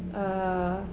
err